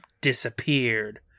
disappeared